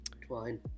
Twine